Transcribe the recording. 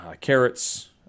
carrots